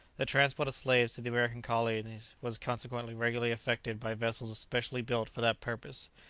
the transport of slaves to the american colonies was consequently regularly effected by vessels specially built for that purpose,